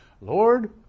Lord